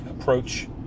approach